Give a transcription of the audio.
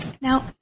Now